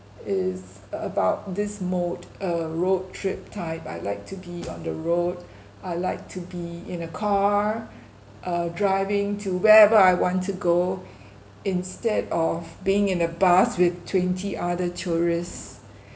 is about this mode uh road trip type I like to be on the road I like to be in a car uh driving to wherever I want to go instead of being in a bus with twenty other tourists